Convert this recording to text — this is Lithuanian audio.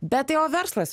bet jau verslas